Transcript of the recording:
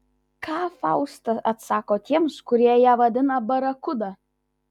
ką fausta atsako tiems kurie ją vadina barakuda